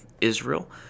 Israel